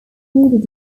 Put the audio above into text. needed